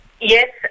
yes